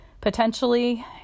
potentially